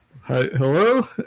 Hello